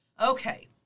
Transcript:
Okay